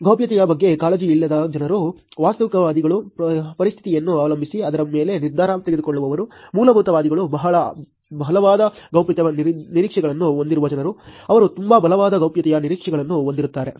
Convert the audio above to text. ಗೌಪ್ಯತೆಯ ಬಗ್ಗೆ ಕಾಳಜಿಯಿಲ್ಲದ ಜನರು ವಾಸ್ತವಿಕವಾದಿಗಳು ಪರಿಸ್ಥಿತಿಯನ್ನು ಅವಲಂಬಿಸಿ ಅದರ ಮೇಲೆ ನಿರ್ಧಾರ ತೆಗೆದುಕೊಳ್ಳುವವರು ಮೂಲಭೂತವಾದಿಗಳು ಬಹಳ ಬಲವಾದ ಗೌಪ್ಯತೆಯ ನಿರೀಕ್ಷೆಗಳನ್ನು ಹೊಂದಿರುವ ಜನರು ಅವರು ತುಂಬಾ ಬಲವಾದ ಗೌಪ್ಯತೆಯ ನಿರೀಕ್ಷೆಗಳನ್ನು ಹೊಂದಿರುತ್ತಾರೆ